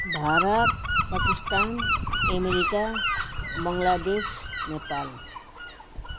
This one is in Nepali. भारत पाकिस्तान अमेरिका बङ्लादेश नेपाल